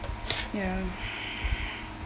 ya